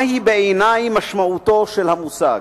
מהי בעיני משמעותו של המושג?